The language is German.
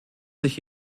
sich